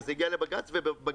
וזה הגיע לבג"ץ.